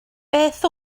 beth